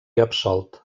absolt